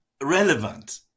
relevant